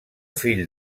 fill